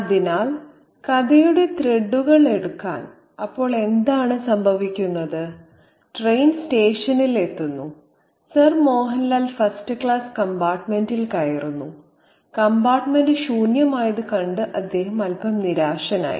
അതിനാൽ കഥയുടെ ത്രെഡുകൾ എടുക്കാൻ അപ്പോൾ എന്താണ് സംഭവിക്കുന്നത് ട്രെയിൻ സ്റ്റേഷനിൽ എത്തുന്നു സർ മോഹൻലാൽ ഫസ്റ്റ് ക്ലാസ് കമ്പാർട്ടുമെന്റിൽ കയറുന്നു കമ്പാർട്ട്മെന്റ് ശൂന്യമായത് കണ്ട് അദ്ദേഹം അൽപ്പം നിരാശനായി